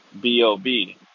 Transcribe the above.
B-O-B